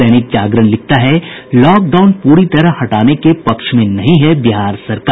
दैनिक जागरण लिखता है लॉकडाउन पूरी तरह हटाने के पक्ष में नहीं है बिहार सरकार